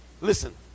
Listen